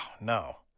no